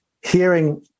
hearing